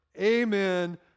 amen